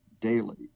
daily